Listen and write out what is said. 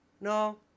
No